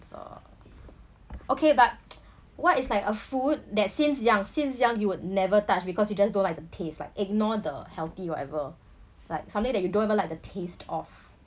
okay but what is like a food that since young since young you would never touch because you just don't like the taste like ignore the healthy whatever like something that you don't even like the taste of